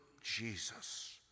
Jesus